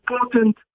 important